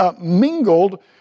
mingled